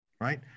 right